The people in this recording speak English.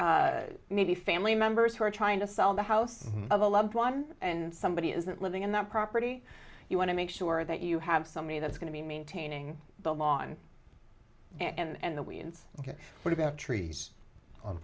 needy family members who are trying to sell the house of a loved one and somebody isn't living in that property you want to make sure that you have somebody that's going to be maintaining the lawn and the weeds ok what about trees on